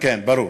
כן, ברור.